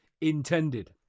intended